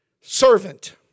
servant